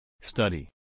Study